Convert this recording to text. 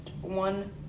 one